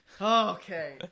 Okay